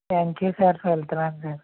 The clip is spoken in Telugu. థ్యాంక్ యూ సార్ వెళ్తున్నాను సార్